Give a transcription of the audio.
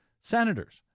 senators